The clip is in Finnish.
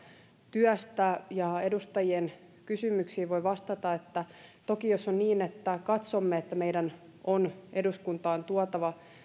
työstä edustajien kysymyksiin voin vastata että toki jos on niin että katsomme että meidän on eduskuntaan tuotava